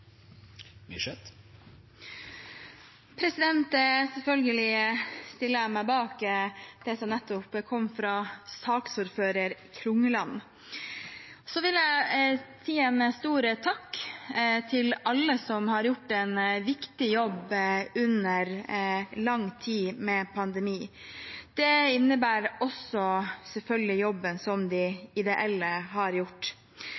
Selvfølgelig stiller jeg meg bak det som nettopp kom fra saksordfører Klungland. Så vil jeg si en stor takk til alle som har gjort en viktig jobb i lang tid med pandemi. Det innebærer selvfølgelig også jobben som de ideelle har gjort.